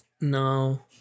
no